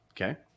Okay